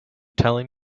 telling